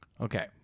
Okay